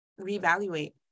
reevaluate